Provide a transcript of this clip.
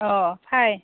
अ फाय